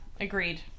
Agreed